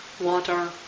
water